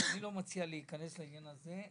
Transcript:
אני לא מציע להיכנס לעניין הזה עכשיו,